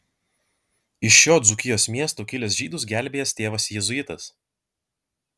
iš šio dzūkijos miesto kilęs žydus gelbėjęs tėvas jėzuitas